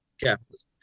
capitalism